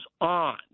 on